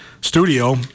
studio